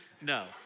No